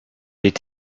est